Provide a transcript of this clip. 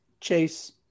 Chase